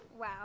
Wow